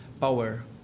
power